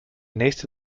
nächste